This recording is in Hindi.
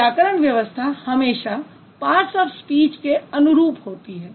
तो व्याकरण व्यवस्था हमेशा पार्ट्स ऑफ स्पीच के अनुरूप होती है